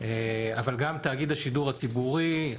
אבל גם תאגיד השידור הישראלי,